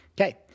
Okay